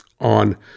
on